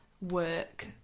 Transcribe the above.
work